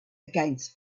against